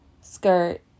skirt